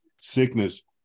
sickness